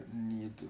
need